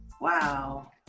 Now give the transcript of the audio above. Wow